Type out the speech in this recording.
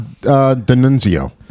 denunzio